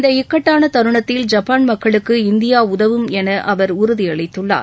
இந்த இக்கட்டாள தருணத்தில் ஜப்பான் மக்களுக்கு இந்தியா உதவும் என அவர் உறுதியளித்துள்ளார்